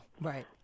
Right